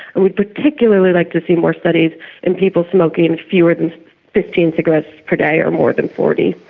we'd particularly like to see more studies in people smoking fewer than fifteen cigarettes per day or more than forty.